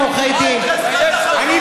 מה עם חזקת החפות?